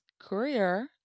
courier